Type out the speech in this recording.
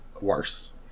worse